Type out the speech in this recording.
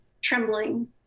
trembling